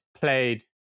played